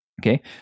okay